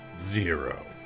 zero